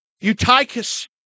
Eutychus